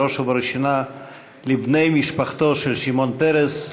ובראש ובראשונה לבני משפחתו של שמעון פרס,